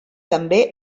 també